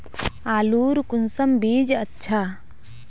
आलूर कुंसम बीज अच्छा?